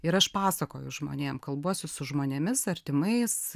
ir aš pasakoju žmonėm kalbuosi su žmonėmis artimais